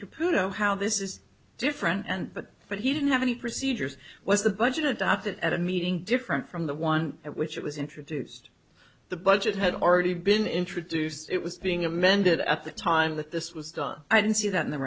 computer how this is different and but but he didn't have any procedures was the budget adopted at a meeting different from the one at which it was introduced the budget had already been introduced it was being amended at the time that this was done i didn't see that in the